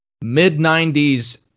mid-90s